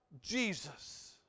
Jesus